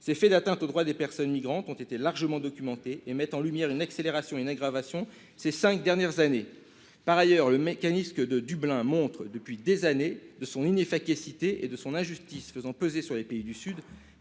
Ces atteintes aux droits des personnes migrantes ont été largement documentées, ce qui a mis en lumière une accélération et une aggravation de ces faits depuis cinq ans. Par ailleurs, le mécanisme de Dublin a montré depuis des années son inefficacité et les injustices qu'il fait peser sur les pays du sud